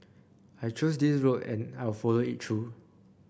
I chose this road and I'll follow it through